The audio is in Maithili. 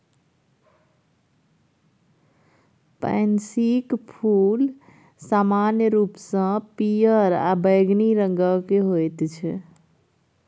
पैंसीक फूल समान्य रूपसँ पियर आ बैंगनी रंगक होइत छै